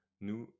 nous